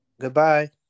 Goodbye